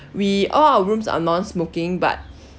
we all our rooms are non-smoking but